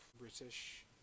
British